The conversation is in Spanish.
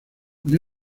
con